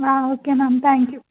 okay ma'am thank you